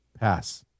Pass